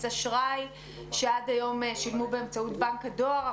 אשראי ועד היום שילמו באמצעות בנק הדואר.